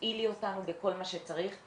תפעילי אותנו בכל מה שצריך.